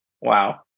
Wow